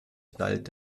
knallt